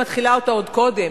מתחילה אותה עוד קודם,